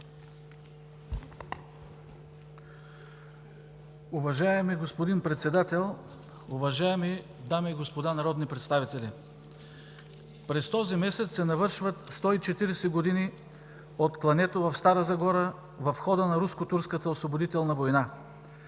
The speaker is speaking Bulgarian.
Уважаеми господин Председател, уважаеми дами и господа народни представители! През този месец се навършват 140 години от клането в Стара Загора в хода на Руско-турската освободителна война.